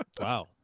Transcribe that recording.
Wow